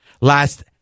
Last